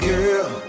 Girl